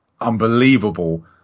unbelievable